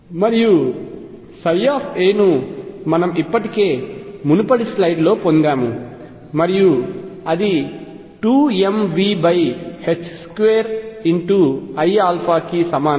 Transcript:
మరియు a ను మనం ఇప్పటికే మునుపటి స్లయిడ్లో పొందాము మరియు అది 2mV2iα కి సమానం